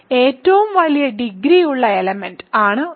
ഏറ്റവും വലിയ ഡിഗ്രി ഉള്ള എലമെന്റ് ആണ് ഇത്